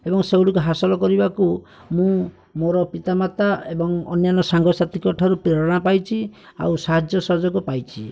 ଏବଂ ସେଇଗୁଡ଼ିକ ହାସଲ କରିବାକୁ ମୁଁ ମୋର ପିତା ମାତା ଏବଂ ଅନ୍ୟାନ ସାଙ୍ଗସାଥିଙ୍କ ଠାରୁ ପ୍ରେରଣା ପାଇଛି ଆଉ ସାହାଯ୍ୟ ସହଯୋଗ ପାଇଛି